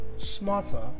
Smarter